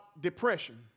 depression